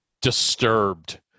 disturbed